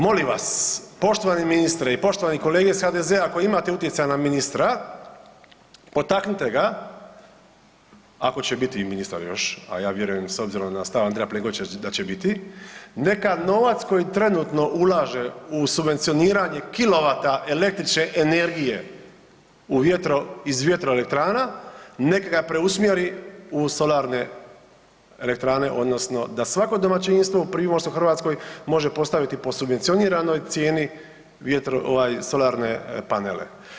Molim vas poštovani ministre i poštovani kolege iz HDZ-a koji imate utjecaja na ministra potaknite ga ako će biti ministar još, a ja vjerujem s obzirom na stav Andreja Plenkovića da će biti, neka novac koji trenutno ulaže u subvencioniranje kilovata električne energije iz vjetroelektrana nek ga preusmjeri u solarne elektrane odnosno da svako domaćinsko u primorskoj Hrvatskoj može postaviti po subvencioniranoj cijeni vjetro ovaj solarne panele.